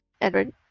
Edward